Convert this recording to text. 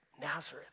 Nazareth